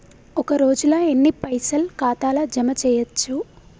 ఒక రోజుల ఎన్ని పైసల్ ఖాతా ల జమ చేయచ్చు?